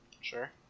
Sure